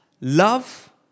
love